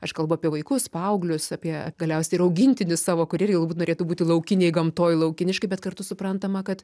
aš kalbu apie vaikus paauglius apie galiausiai ir augintinį savo kur irgi galbūt norėtų būti laukinėj gamtoj laukiniškai bet kartu suprantama kad